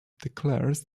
declares